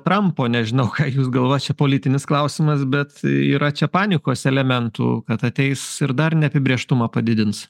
trampo nežinau ką jūs galvojat čia politinis klausimas bet yra čia panikos elementų kad ateis ir dar neapibrėžtumą padidins